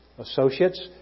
Associates